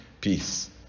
peace